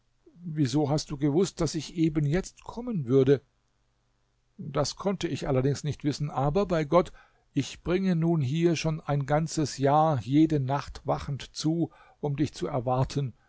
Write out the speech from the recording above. wieso hast du gewußt daß ich eben jetzt kommen würde das konnte ich allerdings nicht wissen aber bei gott ich bringe nun hier schon ein ganzes jahr jede nacht wachend zu um dich zu erwarten